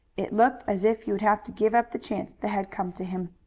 it looked as if he would have to give up the chance that had come to him.